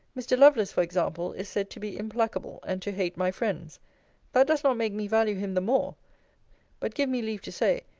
mr. lovelace, for example, is said to be implacable, and to hate my friends that does not make me value him the more but give me leave to say,